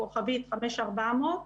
כוכבית 5400,